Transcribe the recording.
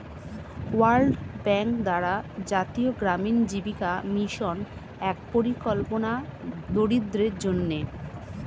world bank দ্বারা জাতীয় গ্রামীণ জীবিকা মিশন এক পরিকল্পনা দরিদ্রদের জন্যে